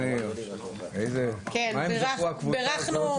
אני חוזר, ברשותכם.